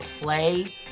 play